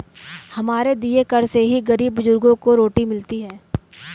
हमारे दिए कर से ही गरीब बुजुर्गों को रोटी मिलती है